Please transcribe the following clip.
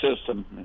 system